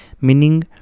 meaning